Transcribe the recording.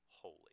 holy